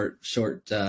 short